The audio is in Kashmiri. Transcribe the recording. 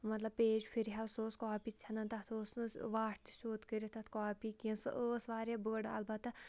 مطلب پیج پھِرِہا سُہ اوس کاپی ژھٮ۪نان تَتھ اوس نہٕ واٹھ تہِ سیٚود کٔرِتھ تَتھ کاپی کیٚنٛہہ سُہ ٲس وارِیاہ بٔڑ البتہ